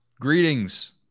greetings